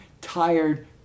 tired